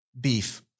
beef